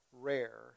rare